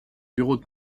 bureau